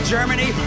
Germany